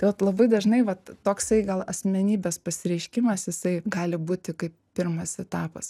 tai vat labai dažnai vat toksai gal asmenybės pasireiškimas jisai gali būti kaip pirmas etapas